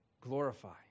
glorify